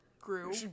grew